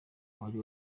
wari